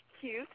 cute